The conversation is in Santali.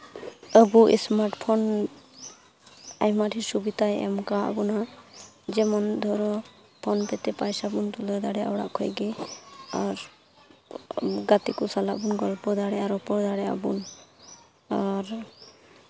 ᱟᱵᱚ ᱥᱢᱟᱨᱴ ᱯᱷᱳᱱ ᱟᱭᱢᱟ ᱰᱷᱮᱨ ᱥᱩᱵᱤᱫᱷᱟᱭ ᱮᱢ ᱠᱟᱜ ᱵᱚᱱᱟ ᱡᱮᱢᱚᱱ ᱫᱷᱚᱨᱚ ᱯᱷᱳᱱ ᱠᱚᱛᱮ ᱯᱚᱭᱥᱟ ᱵᱚᱱ ᱛᱩᱞᱟᱹᱣ ᱫᱟᱲᱮᱭᱟᱜ ᱚᱲᱟᱜ ᱠᱷᱚᱱ ᱜᱮ ᱟᱨ ᱜᱟᱛᱮ ᱠᱚ ᱥᱟᱞᱟᱜ ᱵᱚᱱ ᱜᱚᱞᱯᱚ ᱫᱟᱲᱮᱭᱟᱜᱼᱟ ᱟᱨᱚ ᱨᱚᱯᱚᱲ ᱫᱟᱲᱮᱭᱟᱜ ᱵᱚᱱ ᱟᱨ